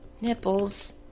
Nipples